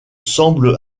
semble